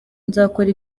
nzakora